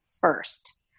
first